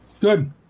Good